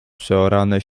przeorane